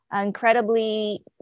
incredibly